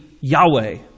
Yahweh